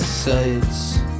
sights